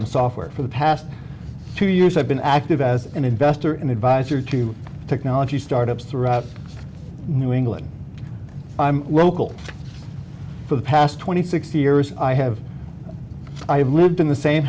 i'm software for the past two years i've been active as an investor an advisor to technology startups throughout new england i'm local for the past twenty six years i have i have lived in the same